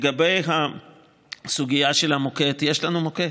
בסוגיית המוקד, יש לנו מוקד.